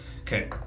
Okay